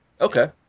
Okay